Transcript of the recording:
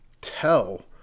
tell